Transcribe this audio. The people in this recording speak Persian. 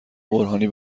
برهانی